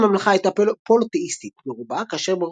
דת הממלכה הייתה פוליתאיסטית ברובה כאשר